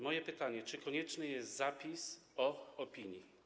Moje pytanie: Czy konieczny jest zapis o opinii?